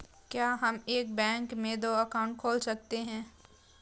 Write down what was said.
क्या हम एक बैंक में दो अकाउंट खोल सकते हैं?